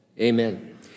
amen